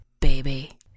baby